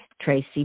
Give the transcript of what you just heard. Tracy